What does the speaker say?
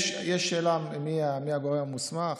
יש שאלה מי הגורם המוסמך.